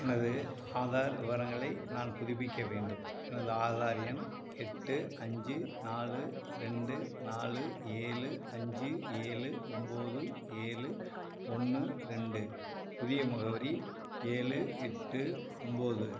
எனது ஆதார் விவரங்களை நான் புதுப்பிக்க வேண்டும் எனது ஆதார் எண் எட்டு அஞ்சு நாலு ரெண்டு நாலு ஏழு அஞ்சு ஏழு ஒன்பது ஏழு ஒன்று ரெண்டு புதிய முகவரி ஏழு எட்டு ஒன்பது